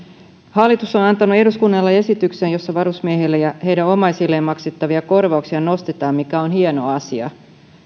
hallitus on antanut eduskunnalle esityksen jossa varusmiehille ja heidän omaisilleen maksettavia korvauksia nostetaan mikä on hieno asia